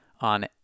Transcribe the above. on